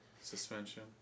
suspension